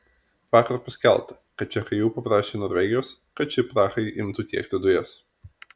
vakar paskelbta kad čekai jau paprašė norvegijos kad ši prahai imtų tiekti dujas